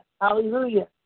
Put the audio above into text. Hallelujah